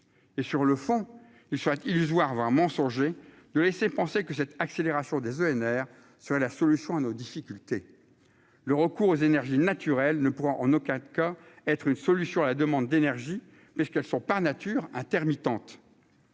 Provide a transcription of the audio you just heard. et sur le fond, il serait illusoire, voire mensonger de laisser penser que cette accélération des ENR sur la solution à nos difficultés, le recours aux énergies naturelles ne pourra en aucun cas être une solution à la demande d'énergie, mais ce qu'elles sont par nature intermittentes.